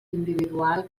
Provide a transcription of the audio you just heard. individual